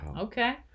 Okay